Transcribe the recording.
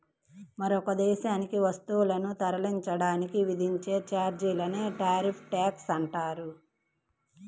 మరొక దేశానికి వస్తువులను తరలించడానికి విధించే ఛార్జీలనే టారిఫ్ ట్యాక్స్ అంటారు